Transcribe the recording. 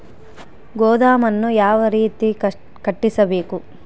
ಗೋದಾಮನ್ನು ಯಾವ ರೇತಿ ಕಟ್ಟಿಸಬೇಕು?